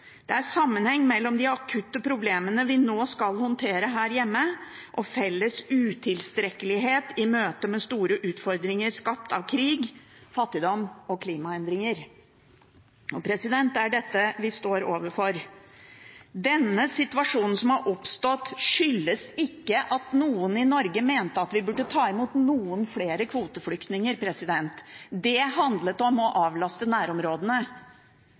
Det er en sammenheng mellom de akutte problemene vi nå skal håndtere her hjemme og felles utilstrekkelighet i møtet med store utfordringer skapt av krig, fattigdom og klimaendringer.» Det er dette vi står overfor. Situasjonen som har oppstått, skyldes ikke at noen i Norge mente at vi burde ta imot noen flere kvoteflyktninger. Det handlet om å avlaste nærområdene.